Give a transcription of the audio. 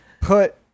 put